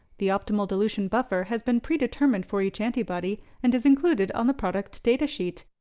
the optimal dilution buffer has been predetermined for each antibody and is included on the product datasheet.